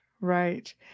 right